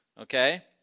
okay